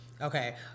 Okay